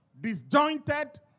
disjointed